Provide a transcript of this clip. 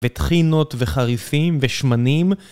וטחינות וחריפים ושמנים.